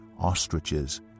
ostriches